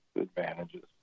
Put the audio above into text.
advantages